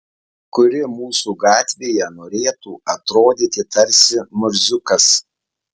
kuri mūsų gatvėje norėtų atrodyti tarsi murziukas